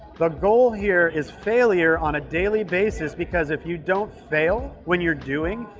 the goal here is failure on a daily basis because if you don't fail when you're doing,